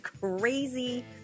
crazy